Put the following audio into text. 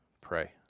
pray